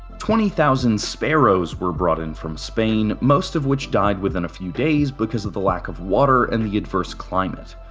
twenty thousand sparrows were brought in from spain, most of which died within a few days because of the lack of water and the adverse climate.